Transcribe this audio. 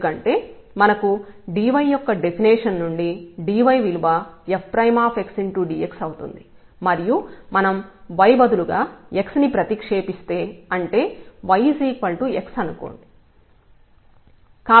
ఎందుకంటే మనకు dy యొక్క డెఫినిషన్ నుండి dy విలువ fdx అవుతుంది మరియు మనం y బదులుగా x ని ప్రతిక్షేపిస్తే అంటే y x అనుకోండి